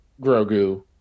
grogu